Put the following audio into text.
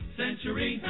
century